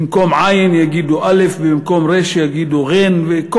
במקום עי"ן יגידו אל"ף, במקום רי"ש יגידו ע'ין וכל